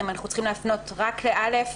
אם אנחנו צריכים להפנות רק ל-(א),